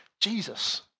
jesus